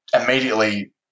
immediately